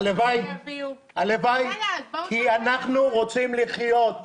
הלוואי, כי אנחנו רוצים לחיות.